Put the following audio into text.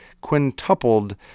quintupled